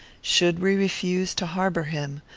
should we refuse to harbour him,